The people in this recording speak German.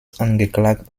angeklagt